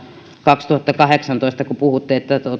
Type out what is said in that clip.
kaksituhattakahdeksantoista kun puhutte että